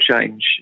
change